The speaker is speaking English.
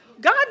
God